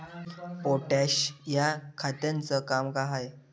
Potash या खताचं काम का हाय?